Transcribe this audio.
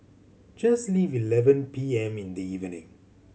just leave eleven P M in the evening